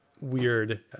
weird